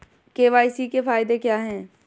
KYC के फायदे क्या है?